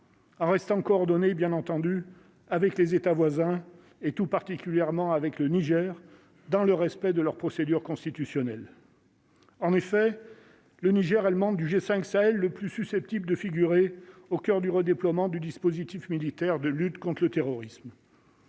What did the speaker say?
En restant donner bien entendu avec les États voisins et tout particulièrement avec le Niger, dans le respect de leurs procédures constitutionnelles. En effet, le Niger allemande du G5 Sahel le plus susceptible de figurer au coeur du redéploiement du dispositif militaire de lutte contre le terrorisme.